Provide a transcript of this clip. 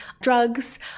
drugs